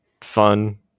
fun